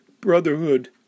brotherhood